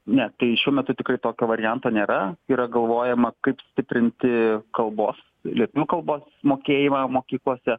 ne tai šiuo metu tikrai tokio varianto nėra yra galvojama kaip stiprinti kalbos liet nu kalbos mokėjimą mokyklose